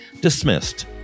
dismissed